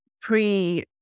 pre